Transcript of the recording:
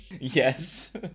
Yes